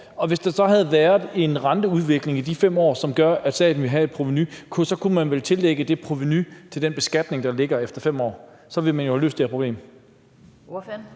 hvis der så var en renteudvikling i de 5 år, som gjorde, at staten havde et provenu, så kunne man vel lægge det til den beskatning, der ligger efter 5 år. Så ville man jo have løst det her problem.